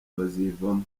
bazivamo